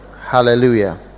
Hallelujah